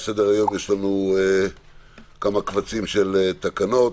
על סדר-היום יש לנו כמה קבצים של תקנות: